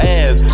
ass